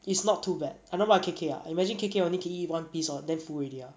it's not too bad I don't know about K_K ah I imagine K_K only can eat one piece hor then full already ah